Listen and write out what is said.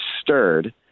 stirred